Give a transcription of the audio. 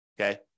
okay